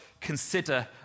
consider